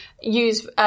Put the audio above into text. use